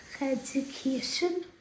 education